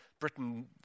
Britain